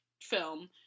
film